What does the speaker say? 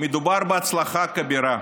מדובר בהצלחה כבירה.